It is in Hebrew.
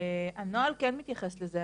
הנוהל כן מתייחס לזה,